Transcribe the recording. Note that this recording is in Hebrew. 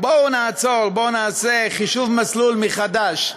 בואו נעצור, בוא נעשה חישוב מסלול מחדש,